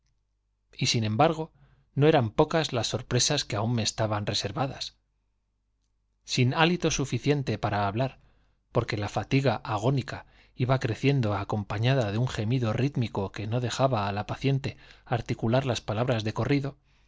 y sin embargo no eran pocas las sor estaban reservadas sin hálito presas que aún me suficiente para hablar porque la fatiga agónica iba rítmico que no creciendo acompañada de un gemido á la paciente articula r las palabras de corrido